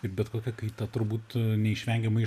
ir bet kokia kaita turbūt neišvengiamai